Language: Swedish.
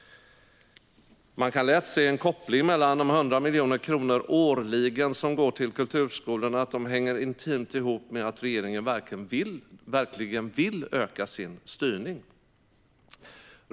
Man kan lätt se att de 100 miljoner kronor som årligen går till kulturskolorna hänger intimt ihop med att regeringen verkligen vill öka sin styrning.